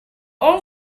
all